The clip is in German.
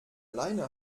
leine